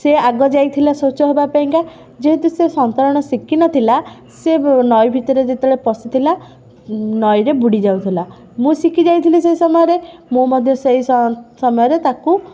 ସେ ଆଗ ଯାଇଥିଲା ଶୌଚ ହେବା ପାଇଁକା ଯେହେତୁ ସେ ସନ୍ତରଣ ଶିଖିନଥିଲା ସେ ନଈ ଭିତରେ ଯେତେବେଳେ ପଶିଥିଲା ନଈରେ ବୁଡ଼ି ଯାଉଥିଲା ମୁଁ ଶିଖିଯାଇଥିଲି ସେଇ ସମୟରେ ମୁଁ ମଧ୍ୟ ସେଇ ସମୟରେ ତାକୁ